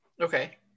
Okay